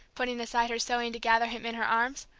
putting aside her sewing to gather him in her arms.